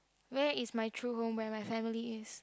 where is my true home where my family is